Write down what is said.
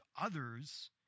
others